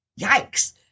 Yikes